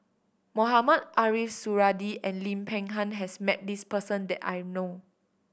Mohamed Ariff Suradi and Lim Peng Han has met this person that I know of